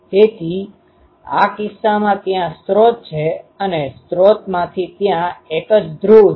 તેથી આ કિસ્સામાં ત્યાં સ્રોત છે અને સ્રોતમાંથી ત્યાં એક જ ધ્રુવ છે